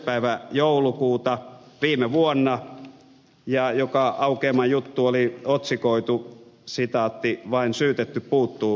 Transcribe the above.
päivä joulukuuta viime vuonna ja jonka aukeaman juttu oli otsikoitu vain syytetty puuttuu